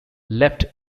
left